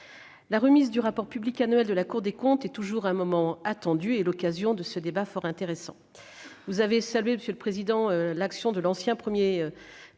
la remise du rapport public annuel de la Cour des comptes est toujours un moment attendu et l'occasion d'un débat fort intéressant. Vous avez salué, monsieur le président, l'action de l'ancien Premier président